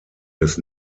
des